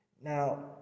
Now